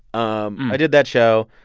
um i did that show.